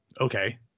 okay